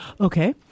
Okay